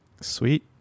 Sweet